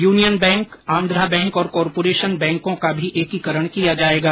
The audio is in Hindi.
युनियन बैंक आन्धा बैंक और कॉरपोरेशन बैंको का भी एकीकरण किया जाएगा